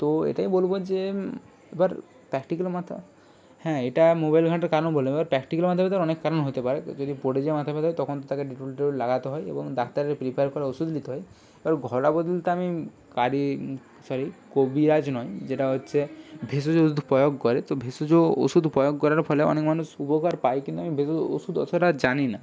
তো এটাই বলব যে এবার প্র্যাকটিক্যাল মাথা হ্যাঁ এটা মোবাইল ঘাঁটার কারণ বললাম এবার প্র্যাকটিক্যাল মাথা ব্যথার অনেক কারণ হতে পারে যদি পড়ে যেয়ে মাথা ব্যথা হয় তখন তাকে ডেটল টেটল লাগাতে হয় এবং ডাক্তারের প্রিপেয়ার করা ওষুধ নিতে হয় এবার ঘরোয়া পদ্ধতিতে আমি সরি কবিরাজ নয় যেটা হচ্ছে ভেষজ ওষুধ প্রয়োগ করে তো ভেষজ ওষুধ প্রয়োগ করার ফলে অনেক মানুষ উপকার পায় কিন্তু আমি ভেষজ ওষুধ অতটা জানি না